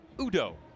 Udo